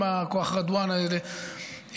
עם כוח רדואן האלה,